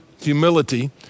humility